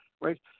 right